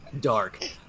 Dark